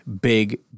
big